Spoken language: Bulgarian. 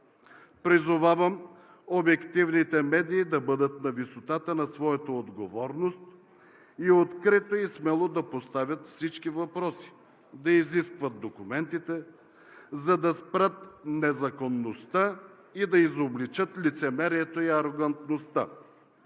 Призовавам обективните медии да бъдат на висотата на своята отговорност и открито и смело да поставят всички въпроси, да изискват документите, за да спрат незаконността, и да изобличат лицемерието и арогантността,